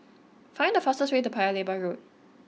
find the fastest way to Paya Lebar Road